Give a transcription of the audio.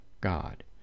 God